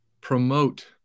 promote